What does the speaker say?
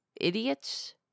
idiots